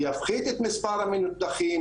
זה יפחית את מספר המנותחים,